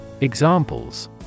Examples